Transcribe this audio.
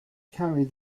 carry